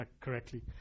correctly